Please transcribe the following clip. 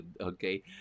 okay